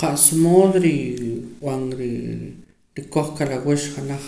Qa'sa mood riib'an rii rikoj kalaawux janaj